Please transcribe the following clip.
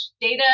data